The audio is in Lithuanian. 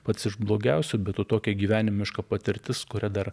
pats iš blogiausių be to tokia gyvenimiška patirtis kuria dar